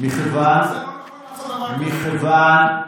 אז זה לא נכון לעשות דבר כזה.